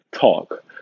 talk